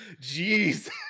Jeez